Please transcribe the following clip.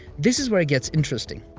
this is where it gets interesting.